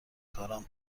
کارم